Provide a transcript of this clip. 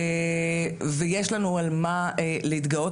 ויש לנו על להתגאות,